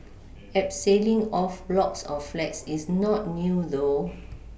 abseiling off blocks of flats is not new though